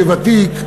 כוותיק,